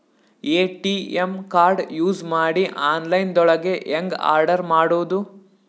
ATM card use ಮಾಡಿ online ದೊಳಗೆ ಹೆಂಗ್ ಆರ್ಡರ್ ಮಾಡುದು?